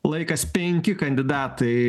laikas penki kandidatai